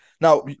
now